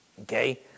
okay